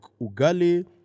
ugali